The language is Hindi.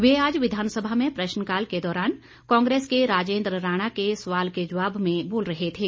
वे आज विधानसभा में प्रश्नकाल के दौरान कांग्रेस के राजेंद्र राणा के सवाल के जवाब में बोल रहे थे